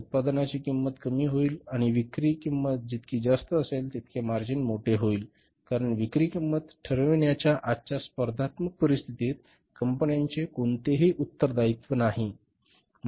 उत्पादनाची किंमत कमी होईल आणि विक्री किंमत जितकी जास्त असेल तितके मार्जिन मोठे होईल कारण विक्री किंमत ठरविण्याच्या आजच्या स्पर्धात्मक परिस्थितीत कंपन्यांचे कोणतेही उत्तरदायित्व नाही